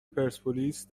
پرسپولیس